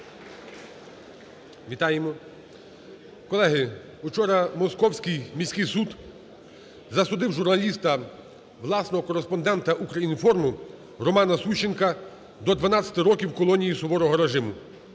(Оплески) Колеги, учора Московський міський суд засудив журналіста, власного кореспондента "Укрінформу" Романа Сущенка до 12 років колонії суворого режиму.